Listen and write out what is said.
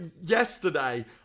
yesterday